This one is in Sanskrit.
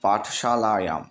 पाठशालायां